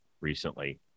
recently